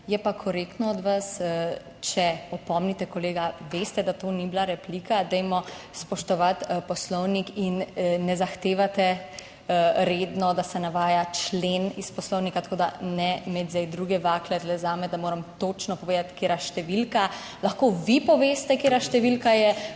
Je pa korektno od vas, če opomnite kolega, veste, da to ni bila replika. Dajmo spoštovati Poslovnik in ne zahtevate redno, da se navaja člen iz Poslovnika, tako da ne imeti zdaj druge vatle tu zame, da moram točno povedati katera številka. Lahko vi poveste katera številka je, to